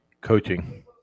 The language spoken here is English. Coaching